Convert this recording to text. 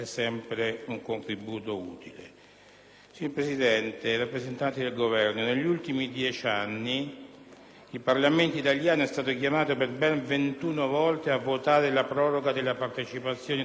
il Parlamento italiano è stato chiamato per ben ventuno volte a votare la proroga della partecipazione italiana alle missioni internazionali. Un dato, questo, che da solo dimostra ormai come